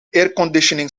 airconditioning